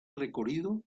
recorrido